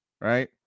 right